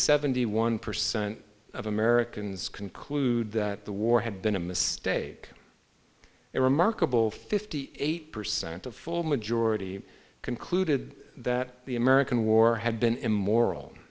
seventy one percent of americans conclude that the war had been a mistake a remarkable fifty eight percent of full majority concluded that the american war had been immoral